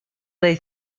they